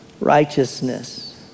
righteousness